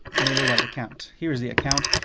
mailerlite account here's the account.